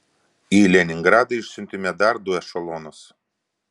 į leningradą išsiuntėme dar du ešelonus